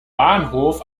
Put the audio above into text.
bahnhof